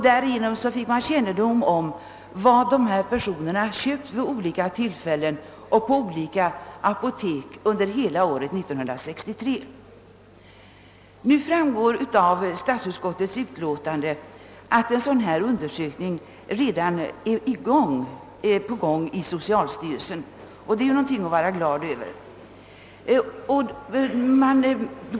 Därigenom fick man kännedom om vad dessa personer köpt vid olika tillfällen och på olika poleR unp-: der hela 'året: 1963. a Det framgår nu av statsutskottets utlåtande att en sådan undersökning redan pågår inom socialstyrelsen, vilket är glädjande.